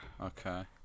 Okay